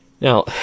Now